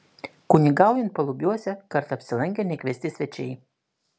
kunigaujant palubiuose kartą apsilankė nekviesti svečiai